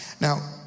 Now